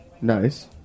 nice